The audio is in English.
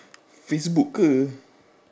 facebook ke